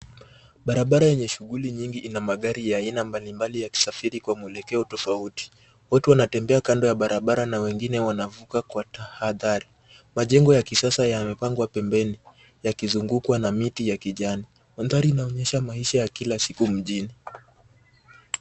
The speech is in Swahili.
Barabara enye shuguli nyingi ina magari ya aina mbalimbali yakisafiri kwa mwelekeo tofauti. Watu wanatembea kando ya barabara na wengine wanavuka kwa tahadhari. Majengo ya kisasa yamepangwa pembeni, yakizungukwa na miti ya kijani. Mandhari hii inaonyesha maisha ya kila siku mjini.